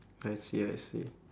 I see I see